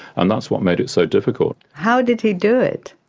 and that's what made it so difficult. how did he do it?